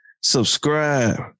subscribe